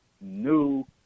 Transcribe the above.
new